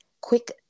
quick